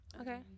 okay